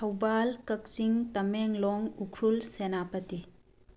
Thoubal Kakching Tamenglong Ukhrul Senapati